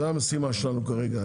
זאת המשימה שלנו כרגע.